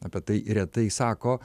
apie tai retai sako